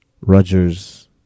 Rogers